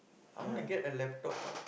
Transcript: I want to get a laptop ah